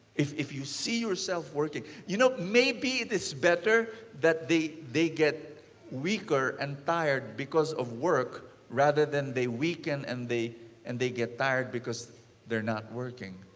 if if you see yourself working. you know, maybe this better that they they get weaker and tired because of work rather than they weaken and they and they get tired because they're not working.